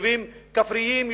יישובים כפריים,